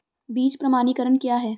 बीज प्रमाणीकरण क्या है?